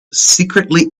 secretly